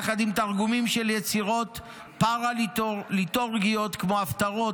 יחד עם תרגומים של יצירות פארה-ליטורגיות כמו הפטרות,